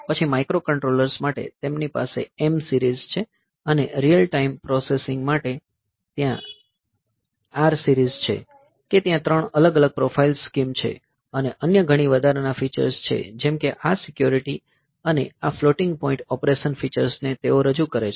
પછી માઇક્રોકન્ટ્રોલર્સ માટે તેમની પાસે M સીરીઝ છે અને રીઅલ ટાઇમ પ્રોસેસિંગ માટે ત્યાં R સીરીઝ છે કે ત્યાં ત્રણ અલગ અલગ પ્રોફાઇલ સ્કીમ્સ છે અને અન્ય ઘણી વધારાના ફીચર્સ છે જેમ કે આ સિક્યોરીટી અને આ ફ્લોટિંગ પોઈન્ટ ઓપરેશન ફીચર્સને તેઓ રજૂ કરે છે